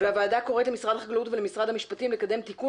הוועדה קוראת למשרד החקלאות ולמשרד המשפטים לקדם תיקון